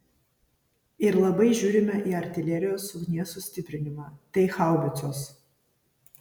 ir labai žiūrime į artilerijos ugnies sustiprinimą tai haubicos